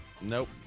Nope